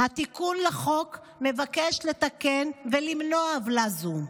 התיקון לחוק מבקש לתקן ולמנוע עוולה זו.